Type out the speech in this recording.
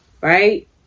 right